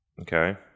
Okay